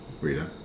Rita